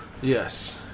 Yes